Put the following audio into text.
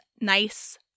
nice